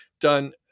done